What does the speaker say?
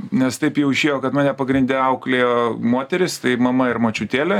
nes taip jau išėjo kad mane pagrinde auklėjo moterys tai mama ir močiutėlė